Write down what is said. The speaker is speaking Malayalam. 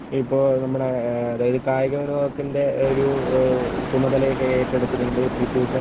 ഇപ്പോൾ നമ്മുടെ അതായത് കായിക വിനോദത്തിന്റെ ഒരു ചുമതല ഒക്കെ ഏറ്റെടുത്തിട്ടുണ്ട് പി ടി ഉഷ